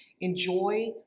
Enjoy